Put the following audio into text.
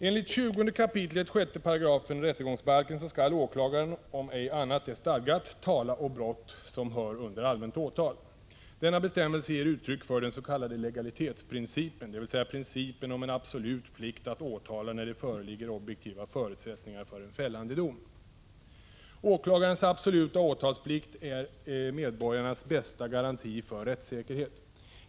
Enligt 20 kap. 6 § rättegångsbalken skall åklagaren, om ej annat är stadgat, tala å brott som hör under allmänt åtal. Denna bestämmelse ger uttryck för den s.k. legalitetsprincipen, dvs. principen om en absolut plikt att åtala när det föreligger objektiva förutsättningar för en fällande dom. Åklagarens absoluta åtalsplikt är medborgarnas bästa garanti för rättssäkerhet.